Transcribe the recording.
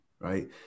right